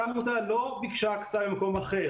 אותה עמותה לא ביקשה הקצאה במקום אחר.